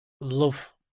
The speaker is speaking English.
love